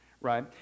right